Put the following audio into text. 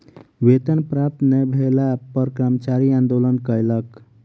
वेतन प्राप्त नै भेला पर कर्मचारी आंदोलन कयलक